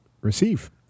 receive